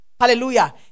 Hallelujah